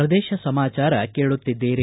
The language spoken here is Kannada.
ಪ್ರದೇಶ ಸಮಾಚಾರ ಕೇಳುತ್ತಿದ್ದೀರಿ